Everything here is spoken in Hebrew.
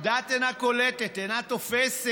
הדעת אינה קולטת, אינה תופסת.